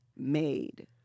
made